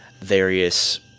various